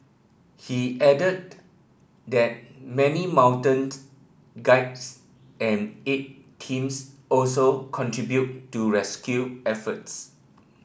he added that many mountain guides and aid teams also contributed to rescue efforts